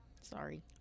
Sorry